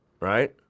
right